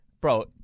Bro